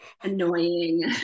annoying